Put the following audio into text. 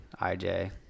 IJ